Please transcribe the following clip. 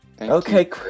okay